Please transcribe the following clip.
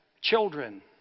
children